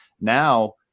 now